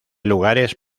lugares